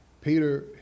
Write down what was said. Peter